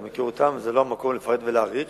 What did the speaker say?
אתה מכיר אותן, וזה לא המקום לפרט ולהאריך,